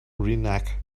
reenact